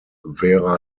vera